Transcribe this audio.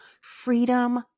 freedom